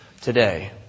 today